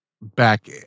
back